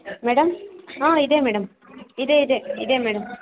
madam ಹಾಂ ಇದೆ madam ಇದೆ ಇದೆ ಇದೆ ಮೇಡಮ್